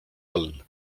all